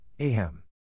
Ahem